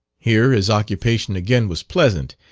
here his occupation again was pleasant,